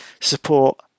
support